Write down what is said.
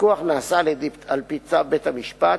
הפיקוח נעשה על-פי צו בית-המשפט,